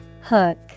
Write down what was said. Hook